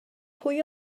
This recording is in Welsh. pwy